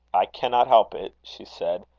i cannot help it, she said.